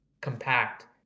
compact